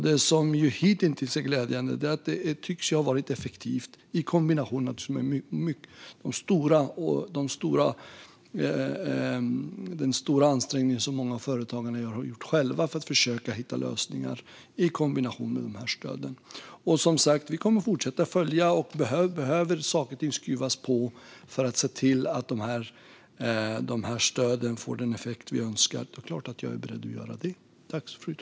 Det som hitintills är glädjande är att stöden tycks ha varit effektiva, naturligtvis i kombination med den stora ansträngning som många av företagarna har gjort själva för att försöka hitta lösningar. Som sagt kommer vi att fortsätta följa detta. Om man behöver skruva på saker och ting för att se till att de här stöden får den effekt vi önskar är det klart att jag är beredd att göra det.